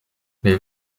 les